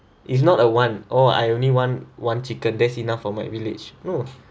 is not a one orh I only want one chicken that's enough for my village no